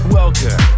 welcome